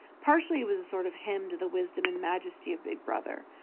partly it was a sort of hymn to the wisdom and majesty of big brother,